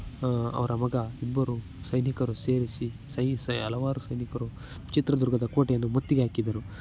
ಅವರ ಮಗ ಇಬ್ಬರು ಸೈನಿಕರು ಸೇರಿಸಿ ಹಲವಾರು ಸೈನಿಕರು ಚತ್ರದುರ್ಗದ ಕೋಟೆಯನ್ನು ಮುತ್ತಿಗೆ ಹಾಕಿದರು